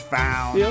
found